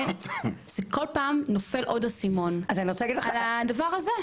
כל פעם נופל עוד אסימון על הדבר הזה.